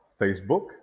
Facebook